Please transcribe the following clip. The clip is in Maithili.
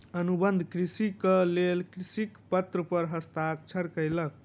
अनुबंध कृषिक लेल कृषक पत्र पर हस्ताक्षर कयलक